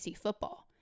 football